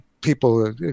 people